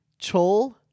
Chol